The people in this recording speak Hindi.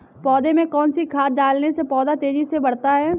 पौधे में कौन सी खाद डालने से पौधा तेजी से बढ़ता है?